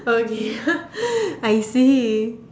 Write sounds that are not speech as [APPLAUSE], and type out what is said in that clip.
okay [LAUGHS] I see